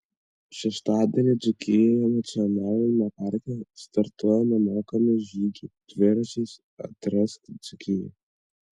šeštadienį dzūkijos nacionaliniame parke startuoja nemokami žygiai dviračiais atrask dzūkiją